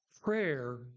prayer